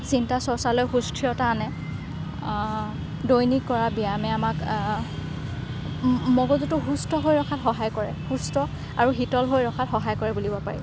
চিন্তা চৰ্চালৈ সুস্থিৰতা আনে দৈনিক কৰা ব্যায়্যামে আমাক মগজুটো সুস্থ হৈ ৰখাত সহায় কৰে সুস্থ আৰু শীতল হৈ ৰখাত সহায় কৰে বুলিব পাৰি